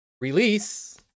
Release